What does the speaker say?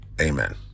Amen